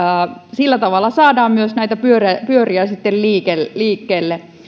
sillä tavalla saadaan pyöriä pyöriä liikkeelle